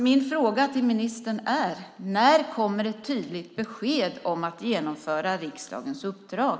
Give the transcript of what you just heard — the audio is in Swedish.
Min fråga till ministern är: När kommer ett tydligt besked om att genomföra riksdagens uppdrag?